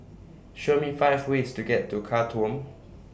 Show Me five ways to get to Khartoum